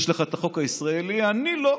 יש לך את החוק הישראלי, לי לא.